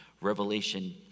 Revelation